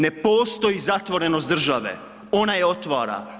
Ne postoji zatvorenost države, ona je otvora.